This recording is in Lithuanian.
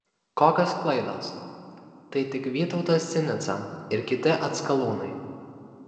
kokios klaidos tai tik vytautas sinica ir kiti atskalūnai